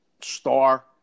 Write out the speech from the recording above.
star